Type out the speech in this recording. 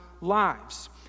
lives